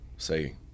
say